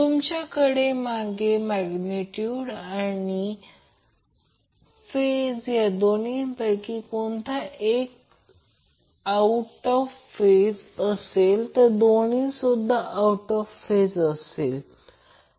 तुमच्याकडे मागं मॅग्नेट्यूड आणि फेज या दोन्हीपैकी कोणतेही एक हे एकतर आऊट ऑफ फेज असेल किंवा दोन्हीसुद्धा आऊट ऑफ फेज असेल